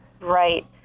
Right